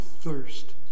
thirst